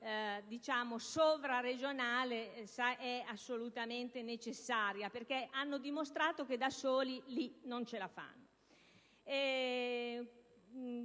regia sovraregionale è assolutamente necessaria: hanno infatti dimostrato che da soli lì non ce la fanno.